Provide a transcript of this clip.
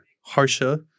Harsha